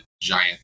giant